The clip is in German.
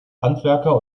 handwerker